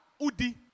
udi